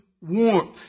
warmth